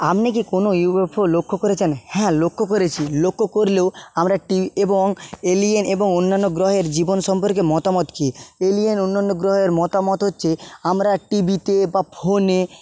আপনি কি কোনো ইউ এফ ও লক্ষ করেছেন হ্যাঁ লক্ষ করেছি লক্ষ করলেও আমরা একটি এবং এলিয়েন এবং অন্যান্য গ্রহের জীবন সম্পর্কে মতামত কী এলিয়েন অন্যান্য গ্রহের মতামত হচ্ছে আমরা টি ভিতে বা ফোনে